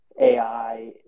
ai